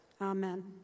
Amen